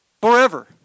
Forever